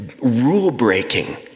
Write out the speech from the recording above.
rule-breaking